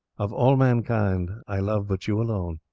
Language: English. of all mankind i love but you alone.